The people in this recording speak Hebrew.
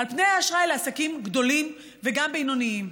לעומת אשראי לעסקים גדולים וגם בינוניים.